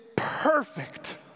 perfect